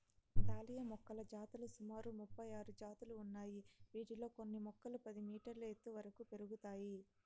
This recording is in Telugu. దాలియా మొక్కల జాతులు సుమారు ముపై ఆరు జాతులు ఉన్నాయి, వీటిలో కొన్ని మొక్కలు పది మీటర్ల ఎత్తు వరకు పెరుగుతాయి